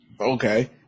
Okay